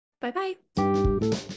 Bye-bye